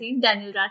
Daniel